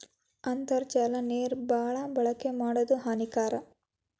ಅಂತರ್ಜಲ ನೇರ ಬಾಳ ಬಳಕೆ ಮಾಡುದು ಹಾನಿಕಾರಕ